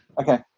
Okay